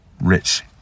rich